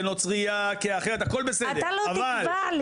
כנוצרייה כאחרת הכל בסדר -- אתה לא תקבע לי.